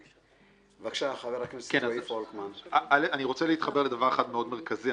אני רוצה להתחבר לדבר אחד מאוד מרכזי.